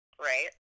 right